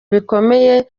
bikomeye